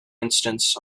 instance